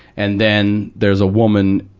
and then there's a woman,